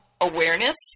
awareness